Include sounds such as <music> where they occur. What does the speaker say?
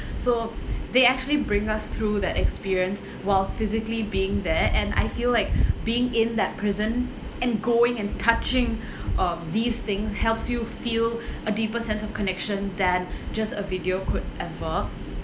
so <breath> they actually bring us through that experience while physically being there and I feel like <breath> being in that prison and going and touching <breath> um these things helps you feel <breath> a deeper sense of connection than <breath> just a video could ever